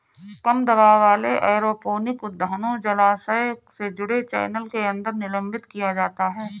कम दबाव वाले एरोपोनिक उद्यानों जलाशय से जुड़े चैनल के अंदर निलंबित किया जाता है